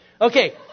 Okay